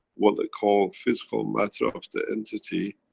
what i call, physical matter of the entity,